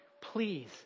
please